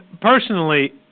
Personally